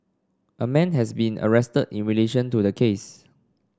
a man has been arrested in relation to the case